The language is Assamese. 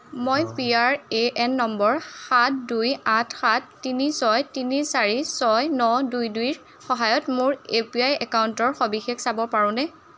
মই পিআৰএএন নম্বৰ সাত দুই আঠ সাত তিনি ছয় তিনি চাৰি ছয় ন দুই দুইৰ সহায়ত মোৰ এ পি ৱাই একাউণ্টৰ সবিশেষ চাব পাৰোঁনে